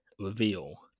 reveal